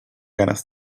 ganas